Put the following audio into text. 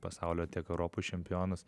pasaulio tiek europos čempionas